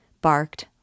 barked